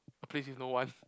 a place with no one